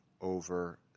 over